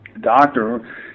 doctor